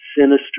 sinister